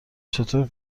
چطور